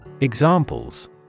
Examples